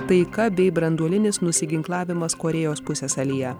taika bei branduolinis nusiginklavimas korėjos pusiasalyje